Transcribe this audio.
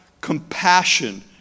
compassion